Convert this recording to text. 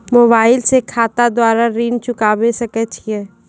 Mobile से खाता द्वारा ऋण चुकाबै सकय छियै?